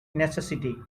necessity